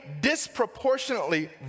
disproportionately